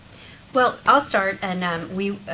well, i'll start. and we,